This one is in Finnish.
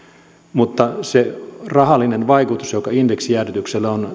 mutta se rahallinen vaikutus joka indeksijäädytyksellä on